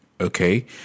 Okay